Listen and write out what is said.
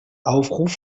aufruf